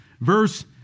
Verse